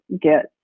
get